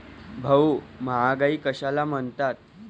भाऊ, महागाई कशाला म्हणतात?